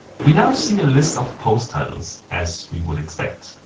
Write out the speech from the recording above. we now see a list of post titles, as we would expect.